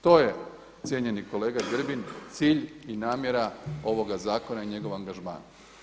To je cijenjeni kolega Grbin cilj i namjera ovoga zakona i njegova angažmana.